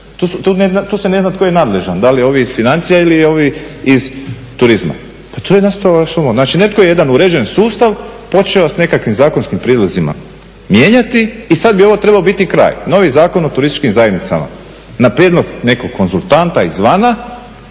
Tu se ne zna tko je nadležan, da li ovi iz financija ili ovi iz turizma. Pa tu je nastalo …, znači netko je jedan uređen sustav počeo s nekakvim zakonskim prijedlozima mijenjati i sad bi ovo trebao biti kraj. Novi Zakon o turističkim zajednicama na prijedlog nekog konzultanta izvana,